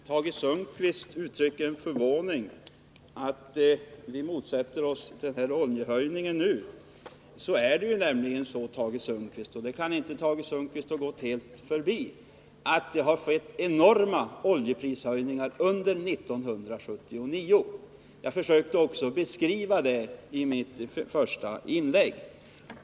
Herr talman! Tage Sundkvist uttrycker förvåning över att vi nu motsätter oss denna oljeprishöjning, men det kan väl inte ha gått Tage Sundkvist helt förbi att det har skett enorma oljeprishöjningar under 1979. Jag försökte beskriva det i mitt första inlägg.